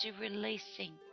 releasing